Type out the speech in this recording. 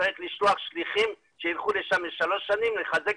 צריך לשלוח שליחים שיילכו לשם לשלוש שנים לחזק